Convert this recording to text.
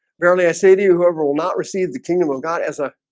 verily i say to you whoever will not receive the kingdom of god as a